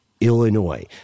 Illinois